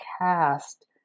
cast